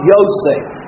Yosef